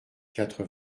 quatre